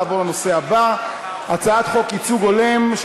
נעבור לנושא הבא: הצעת חוק ייצוג הולם של